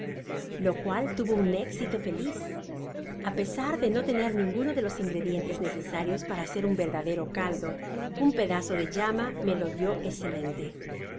lo cual tuvo un éxito feliz a pesar de no tener ninguno de los ingredientes necesarios para hacer un verdadero caldo un pedazo de llama cae lo dio escelente